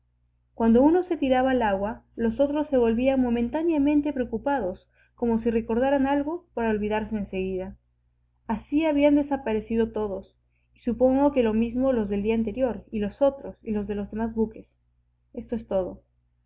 cuando uno se tiraba al agua los otros se volvían momentáneamente preocupados como si recordaran algo para olvidarse en seguida así habían desaparecido todos y supongo que lo mismo los del día anterior y los otros y los de los demás buques esto es todo